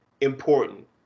important